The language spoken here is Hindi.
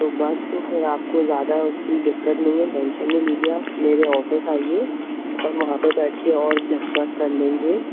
तो बस तो फिर आपको ज़्यादा उसकी दिक़्क़त नहीं है टेंशन नहीं लीजिए आप मेरे ऑफ़िस आइए अपन वहाँ पर बैठ कर और डिस्कस कर लेंगे